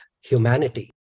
humanity